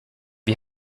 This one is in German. wie